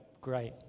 great